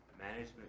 management